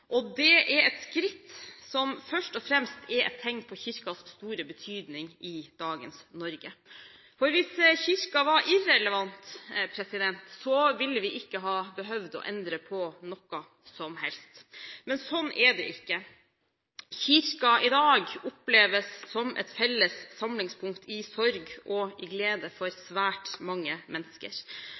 Det er et skritt som først og fremst er et tegn på Kirkens store betydning i dagens Norge. Hvis Kirken var irrelevant, ville vi ikke ha behøvd å endre på noe som helst. Men sånn er det ikke. Kirken i dag oppleves som et felles samlingspunkt i sorg og i glede for svært mange mennesker.